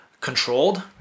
controlled